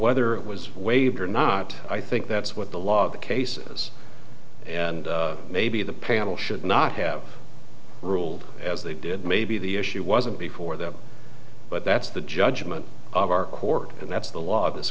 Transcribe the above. whether it was waived or not i think that's what the log cases and maybe the panel should not have ruled as they did maybe the issue wasn't before them but that's the judgment of our court and that's the law of this